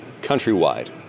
countrywide